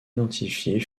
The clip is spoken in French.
identifiée